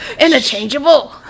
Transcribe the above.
interchangeable